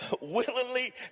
willingly